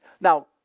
Now